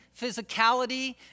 physicality